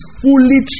fully